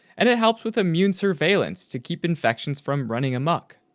and it helps with immune surveillance to keep infections from running amok.